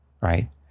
right